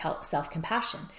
self-compassion